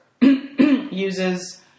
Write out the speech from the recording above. uses